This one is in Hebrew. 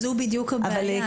זה בדיוק הבעיה.